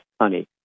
honey